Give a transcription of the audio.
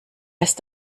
ist